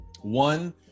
One